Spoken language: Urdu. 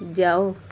جاؤ